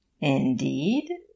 indeed